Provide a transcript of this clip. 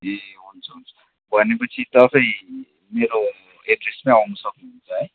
ए हुन्छ हुन्छ भनेपछि तपाईँ मेरो एड्रेसमै आउनु सक्नुहुन्छ है